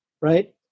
Right